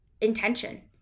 intention